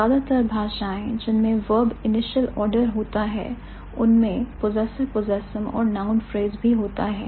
ज्यादातर भाषाएं जिनमें verb initial order होता है उनमें possessor possessum और noun phrase भी होता है